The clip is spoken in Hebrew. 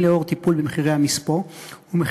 הן בשל טיפול במחירי המספוא והן בשל